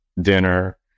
dinner